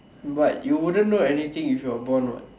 but you wouldn't know anything if you were born what